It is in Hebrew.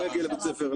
לא יגיע לבית ספר,